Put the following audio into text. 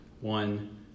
one